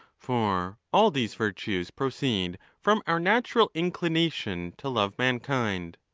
for all these virtues proceed from our natural inclination to love mankind.